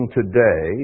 today